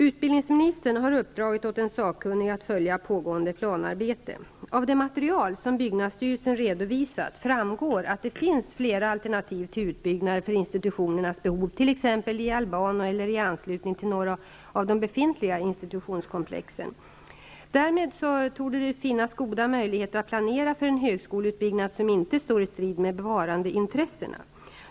Utbildningsministern har uppdragit åt en sakkun nig att följa pågående planarbete. Av det material som byggnadsstyrelsen har redovisat framgår att det finns flera alternativ till utbyggnader för insti tutionernas behov, t.ex. i Albano eller i anslutning till några av de befintliga institutionskomplexen. Därmed torde det finnas goda möjligheter att pla nera för en högskoleutbyggnad som inte står i strid med bevarandeintressena.